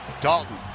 Dalton